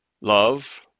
love